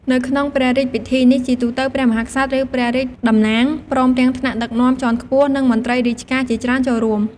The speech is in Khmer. នៅក្នុងព្រះរាជពិធីនេះ ជាទូទៅ ព្រះមហាក្សត្រ ឬ ព្រះរាជតំណាង ព្រមទាំងថ្នាក់ដឹកនាំជាន់ខ្ពស់ និងមន្ត្រីរាជការជាច្រើនចូលរួម។